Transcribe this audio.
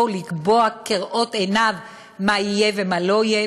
לקבוע כראות עיניו מה יהיה ומה לא יהיה,